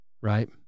right